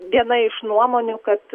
viena iš nuomonių kad